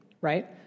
right